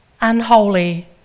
unholy